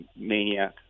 maniac